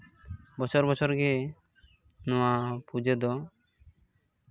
ᱵᱚᱪᱷᱚᱨ ᱵᱚᱪᱷᱚᱨ ᱜᱮ ᱱᱚᱣᱟ ᱯᱩᱡᱟᱹ ᱫᱚ